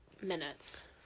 minutes